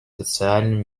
социальным